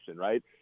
right